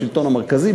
בשלטון המרכזי,